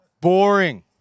Boring